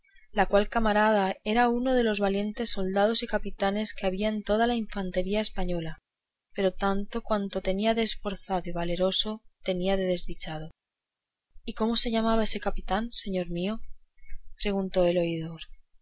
la cual camarada era uno de los valientes soldados y capitanes que había en toda la infantería española pero tanto cuanto tenía de esforzado y valeroso lo tenía de desdichado y cómo se llamaba ese capitán señor mío preguntó el oidor